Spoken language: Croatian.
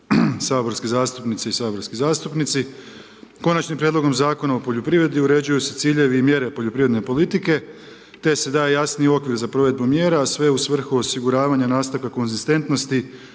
saborski zastupnici i saborski zastupnici, Konačnim prijedlogom Zakona o poljoprivredi uređuju se ciljevi i mjere poljoprivredne politike te se daje jasni okvir za provedbu mjera sve u svrhu osiguravanja nastanka konzistentnosti